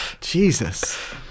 Jesus